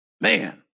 Man